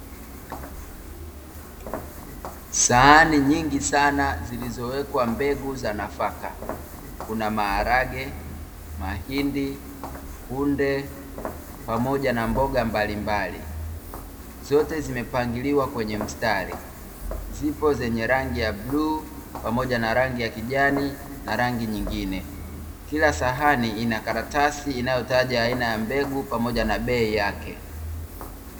Sahani nyingi sana zilizowekwa mbegu za nafaka. Kuna maharage, mahindi, kunde pamoja na mboga mbalimbali. Zote zimepangiliwa kwenye mstari. Zipo zenye rangi ya bluu, pamoja na rangi ya kijani, na rangi nyingine. Kila sahani ina karatasi inayotaja aina ya mbegu pamoja na bei yake.